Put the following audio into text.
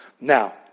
Now